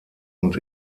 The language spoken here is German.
und